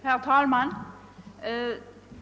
Herr talman!